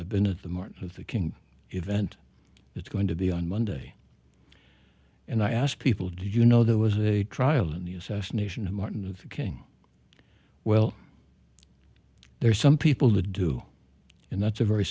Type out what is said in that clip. i've been at the martin luther king event it's going to be on monday and i asked people do you know there was a trial in the assassination of martin luther king well there's some people that do and that's a very